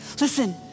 Listen